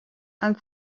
and